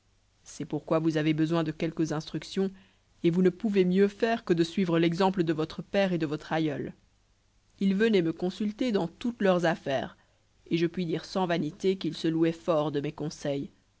c'est pourquoi vous avez besoin de quelques instructions et vous ne pouvez mieux faire que de suivre l'exemple de votre père et de votre aïeul ils venaient me consulter dans toutes leurs affaires et je puis dire sans vanité qu'ils se louaient fort de mes conseils